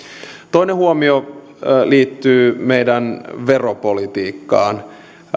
toinen huomio liittyy meidän veropolitiikkaamme